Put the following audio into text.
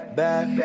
back